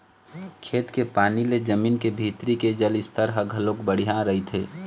खेत के पानी ले जमीन के भीतरी के जल स्तर ह घलोक बड़िहा रहिथे